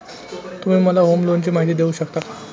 तुम्ही मला होम लोनची माहिती देऊ शकता का?